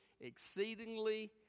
exceedingly